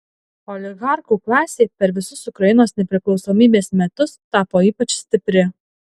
oligarchų klasė per visus ukrainos nepriklausomybės metus tapo ypač stipri